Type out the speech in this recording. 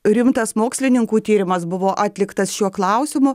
rimtas mokslininkų tyrimas buvo atliktas šiuo klausimu